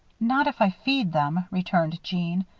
not if i feed them, returned jeanne.